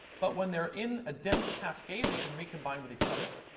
but when they're in a dense cascade they can recombine with each other.